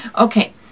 okay